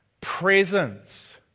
presence